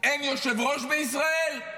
אין יושב-ראש בישראל?